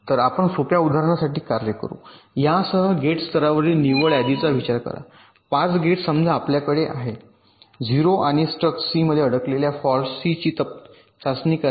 तर आपण सोप्या उदाहरणासाठी कार्य करू यासह गेट स्तरावरील निव्वळ यादीचा विचार करा 5 गेट्स समजा आपल्याकडे ० आणि stuck सी मध्ये अडकलेल्या फॉल्ट सी ची चाचणी तयार करायची आहेत